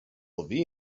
levine